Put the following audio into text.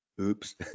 Oops